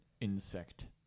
insect